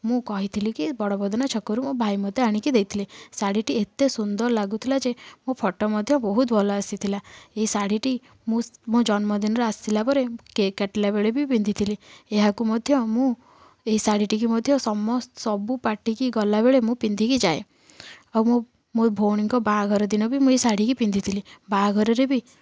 ମୁଁ କହିଥିଲି କି ବଡ଼ ପ୍ରଧାନ ଛକରୁ ମୋ ଭାଇ ମୋତେ ଆଣିକି ଦେଇଥିଲେ ଶାଢ଼ୀଟି ଏତେ ସୁନ୍ଦର ଲାଗୁଥିଲା ଯେ ମୋ ଫୋଟ ମଧ୍ୟ ବହୁତ ଭଲ ଆସିଥିଲା ଏ ଶାଢ଼ୀଟି ମୁଁ ମୋ ଜନ୍ମଦିନରେ ଆସିଲା ପରେ କେକ କାଟିଲା ବେଳେ ବି ପିନ୍ଧିଥିଲି ଏହାକୁ ମଧ୍ୟ ମୁଁ ଏଇ ଶାଢ଼ୀଟିକି ମଧ୍ୟ ସମ ସବୁ ପାର୍ଟିକି ଗଲାବେଳେ ମୁଁ ପିନ୍ଧିକି ଯାଏ ଆଉ ମୋ ମୋ ଭଉଣୀଙ୍କ ବାହାଘର ଦିନ ବି ମୁଁ ଏଇ ଶାଢ଼ୀକି ପିନ୍ଧିଥିଲି ବାହାଘରରେ ବି